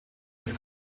das